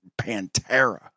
Pantera